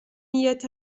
نیت